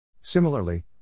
Similarly